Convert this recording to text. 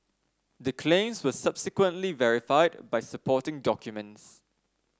the claims were subsequently verified by supporting documents